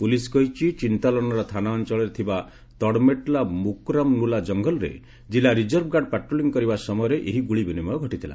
police କହିଛି ଚିନ୍ତାଲନାର ଥାନା ଅଞ୍ଚଳରେ ଥିବା ତଡ଼ମେଟଲା ମୁକରାମନୁଲା ଜଙ୍ଗଲରେ ଜିଲ୍ଲା ରିଜର୍ଭ ଗାର୍ଡ ପାଟ୍ରୋଲିଂ କରିବା ସମୟରେ ଏହି ଗୁଳି ବିନିମୟ ଘଟିଥିଲା